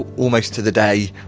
almost to the day,